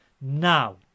Now